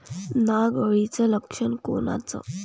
नाग अळीचं लक्षण कोनचं?